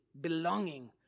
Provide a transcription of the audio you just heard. belonging